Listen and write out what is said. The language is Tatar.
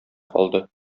калды